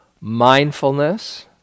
mindfulness